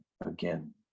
again